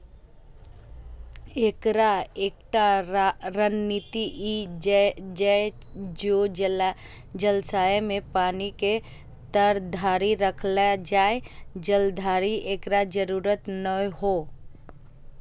एकर एकटा रणनीति ई छै जे जलाशय मे पानि के ताधरि राखल जाए, जाधरि एकर जरूरत नै हो